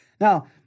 Now